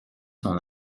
son